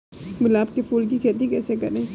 गुलाब के फूल की खेती कैसे करें?